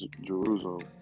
Jerusalem